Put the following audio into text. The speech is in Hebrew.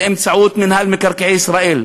באמצעות מינהל מקרקעי ישראל,